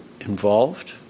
involved